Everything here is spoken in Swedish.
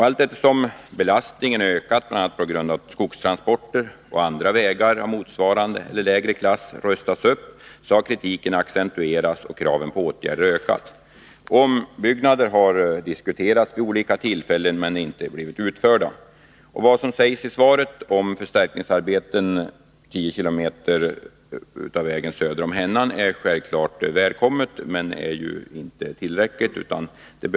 Allteftersom belastningen har ökat, bl.a. på grund av skogstransporter, och andra vägar av motsvarande eller lägre klass har rustats upp har kritiken accenturerats och kraven på åtgärder ökat. Ombyggnader har diskuterats vid olika tillfällen men inte blivit utförda. De förstärkningsarbeten på ca 10 km av vägen söder om Hennan som nämns i svaret är självklart välkomna men inte tillräckliga.